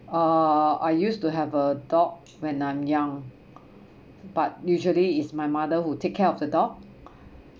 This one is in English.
uh I used to have a dog when I'm young but usually it's my mother who take care of the dog